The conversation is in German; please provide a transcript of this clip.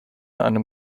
einem